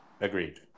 Agreed